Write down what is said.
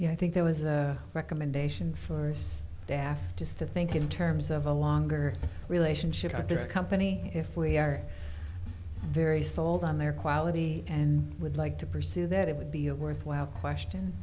i think there was a recommendation first daf just to think in terms of a longer relationship with this company if we are very sold on their quality and would like to pursue that it would be a worthwhile question